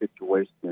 situation